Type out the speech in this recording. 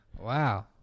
Wow